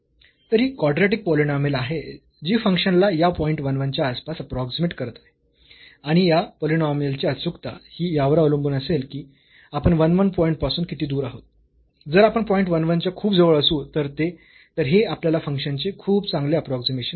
तर ही quadratic polynomial आहे जी फंक्शनला या पॉईंट 1 1 च्या आसपास अप्रोक्सीमेट करत आहे आणि या पॉलिनॉमियलची अचूकता ही यावर अवलंबून असेल की आपण 1 1 पॉईंट पासून किती दूर आहोत जर आपण पॉईंट 1 1 च्या खूप जवळ असू तर हे आपल्याला फंक्शनचे खूप चांगले अप्रोक्सीमेशन देईल